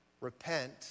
Repent